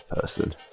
person